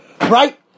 Right